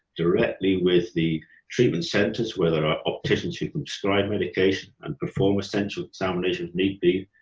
directly with the treatment centres, where there are opticians who can prescribe medication and perform essential examinations, if need be,